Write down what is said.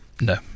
no